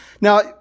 Now